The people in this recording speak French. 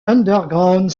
underground